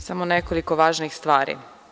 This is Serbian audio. Samo nekoliko važnih stvari.